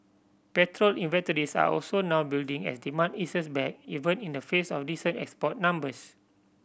petrol inventories are also now building as demand eases back even in the face of decent export numbers